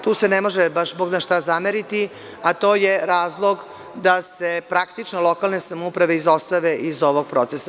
Tu se ne može bog zna šta zameriti, a to je razlog da se praktično lokalne samouprave izostave iz ovog procesa.